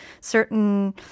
certain